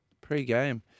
Pre-game